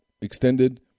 extended